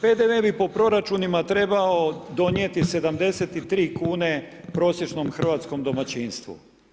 PDV bi po proračuna trebao donijeti 73 kune prosječnom hrvatskom domaćinstvu.